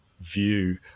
view